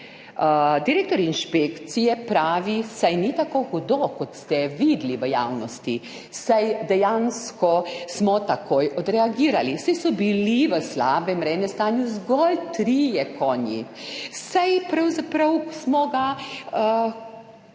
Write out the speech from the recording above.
direktor inšpekcije pravi: »Saj ni tako hudo, kot ste videli v javnosti, saj dejansko smo takoj odreagirali, saj so bili v slabem rejnem stanju zgolj trije konji. Saj pravzaprav smo ga lastnika